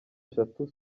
eshatu